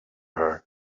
her